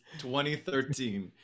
2013